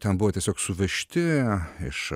ten buvo tiesiog suvežti iš